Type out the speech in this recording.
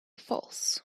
false